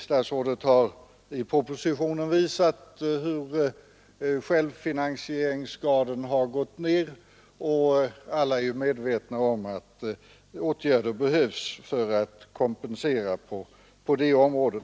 Statsrådet har i propositionen visat hur självfinansieringsgraden har gått ned, och alla är medvetna om att åtgärder behövs för att kompensera detta förhållande.